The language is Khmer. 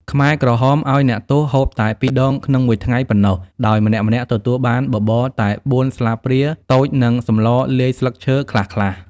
ខ្មែរក្រហមឱ្យអ្នកទោសហូបតែពីរដងក្នុងមួយថ្ងៃប៉ុណ្ណោះ ដោយម្នាក់ៗទទួលបានបបរតែបួនស្លាបព្រាតូច និងសម្លលាយស្លឹកឈើខ្លះៗ។